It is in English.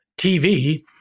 TV